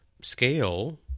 scale